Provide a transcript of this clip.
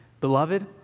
Beloved